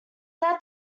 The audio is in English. that